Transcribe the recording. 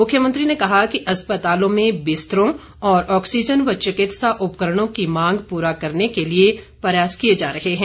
मुख्यमंत्री ने कहा कि अस्पतालों में बिस्तरों और ऑक्सीजन व चिकित्सा उपकरणों की मांग पूरा करने के लिए प्रयास किए जा रहे हैं